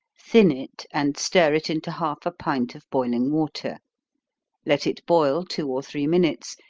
thin it, and stir it into half a pint of boiling water let it boil two or three minutes,